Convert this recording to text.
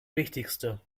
wichtigste